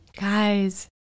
Guys